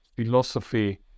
philosophy